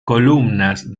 columnas